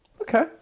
Okay